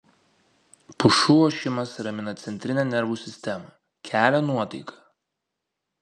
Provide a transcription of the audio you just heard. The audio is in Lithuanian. pušų ošimas ramina centrinę nervų sistemą kelia nuotaiką